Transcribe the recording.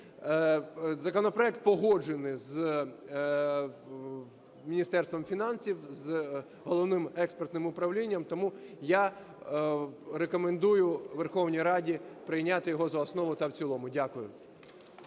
Законопроект погоджений з Міністерством фінансів, з Головним експертним управлінням. Тому я рекомендую Верховній Раді прийняти його за основу та в цілому. Дякую.